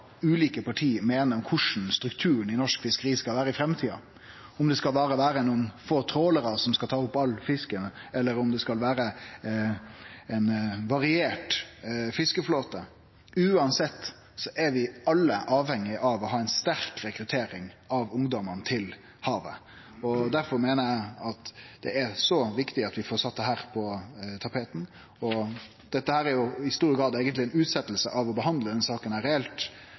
ulike parti meiner om korleis strukturen i norsk fiskeri skal vere i framtida – om det berre skal vere nokre få trålarar som skal ta opp all fisken, eller om det skal vere ein variert fiskeflåte – er vi alle avhengige av å ha ei sterk rekruttering av ungdomar til havet. Derfor meiner eg det er så viktig at vi får sett dette på tapeten. Dette er i stor grad eigentleg ei utsetjing av å behandle denne saka reelt.